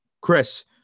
Chris